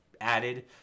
added